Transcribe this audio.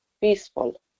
peaceful